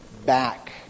back